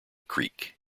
creek